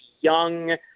young